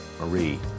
Marie